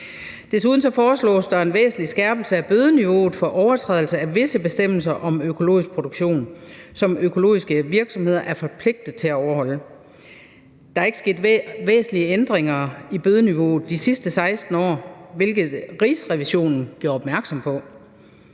Desuden foreslås der en væsentlig skærpelse af bødeniveauet for overtrædelse af visse bestemmelser om økologisk produktion, som økologiske virksomheder er forpligtet til at overholde. Der er ikke sket væsentlige ændringer i bødeniveauet de sidste 16 år, hvilket Rigsrevisionen gjorde opmærksom på,